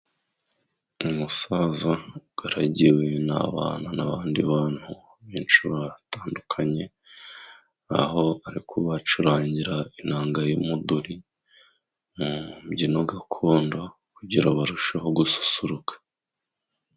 Umusaza ugaragiwe n'abana， n'abandi bantu benshi batandukanye，Baho ari kubacurangira inanga y'umuduri， mu mbyino gakondo， kugira barusheho gususuruka.